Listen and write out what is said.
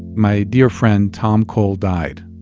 my dear friend tom cole died,